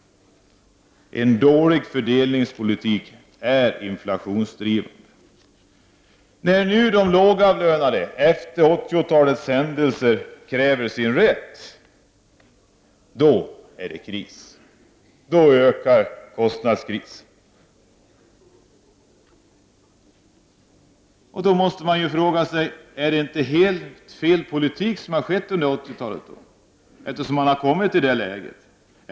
En dålig fördelningspolitik är inflationsdrivande. När de lågavlönade efter 80-talets händelser nu kräver sin rätt är det kris, då förvärras kostnadskrisen. I det läget måste man fråga sig om det inte är helt fel politik som har förts under 80-talet, eftersom vi alltså har kommit i detta läge.